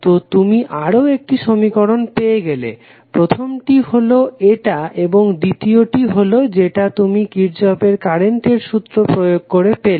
তো তুমি আরও একটি সমীকরণ পেলে প্রথমটি হলো এটা এবং দ্বিতীয়টি হলো যেটা তুমি কির্শফের কারেন্টের সূত্র প্রয়োগ করে পেলে